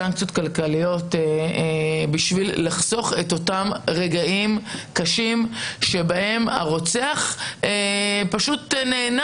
סנקציות כלכליות בשביל לחסוך את אותם רגעים קשים שבהם הרוצח נהנה.